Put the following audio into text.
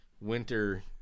winter